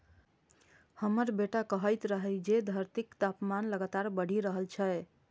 हमर बेटा कहैत रहै जे धरतीक तापमान लगातार बढ़ि रहल छै